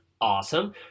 awesome